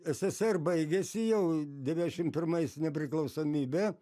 ssr baigėsi jau devyniašim pirmais nepriklausomybė